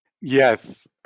Yes